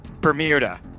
Bermuda